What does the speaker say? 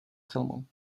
filmu